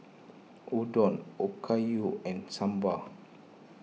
Udon Okayu and Sambar